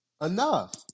enough